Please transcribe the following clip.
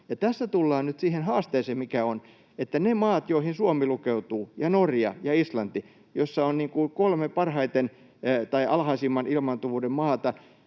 Tässä tullaan nyt siihen haasteeseen, mikä on niillä mailla — joihin Suomi lukeutuu ja Norja ja Islanti — joissa on kolme parhaiten tai alhaisimman ilmaantuvuuden maata,